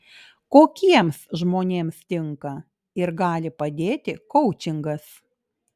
kokiems žmonėms tinka ir gali padėti koučingas